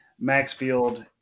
Maxfield